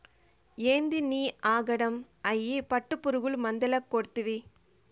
ఏందినీ ఆగడం, అయ్యి పట్టుపురుగులు మందేల కొడ్తివి